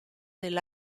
del